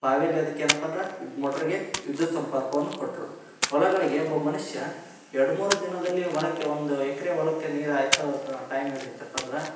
ಬಾವಿಯಲ್ಲಿ ಅದಕ್ಕೆ ಏನಪ್ಪ ಅಂದ್ರೆ ಇದು ಮೋಟ್ರಗೆ ವಿದ್ಯುತ್ ಸಂಪರ್ಕವನ್ನು ಕೊಟ್ಟರು ಹೊಲಗಳಿಗೆ ಒಬ್ಬ ಮನುಷ್ಯ ಎರಡು ಮೂರು ದಿನದಲ್ಲಿ ಹೊಲಕ್ಕೆ ಒಂದು ಎಕ್ರೆ ಹೊಲಕ್ಕೆ ನೀರು ಹಾಯಿಸ್ತ ಹೋಗ್ತ ಟೈಮ್ ಹಿಡಿತೈತಪ್ಪ ಅಂದ್ರೆ